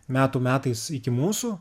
metų metais iki mūsų